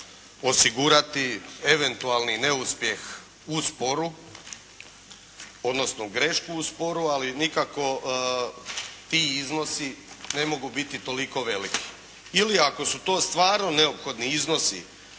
osigurati eventualni neuspjeh u sporu, odnosno grešku u sporu ali nikako ti iznosi ne mogu biti toliko veliki ili ako su to stvarno neophodni iznosi